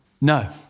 No